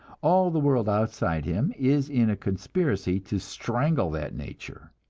all the world outside him is in a conspiracy to strangle that nature,